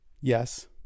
Yes